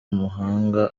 umuhanga